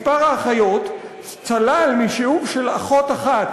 מספר האחיות צלל משיעור של אחות אחת